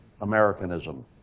Americanism